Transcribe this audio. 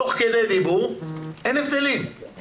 תוך כדי דיבור, אין הבדלים למדינה